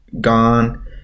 gone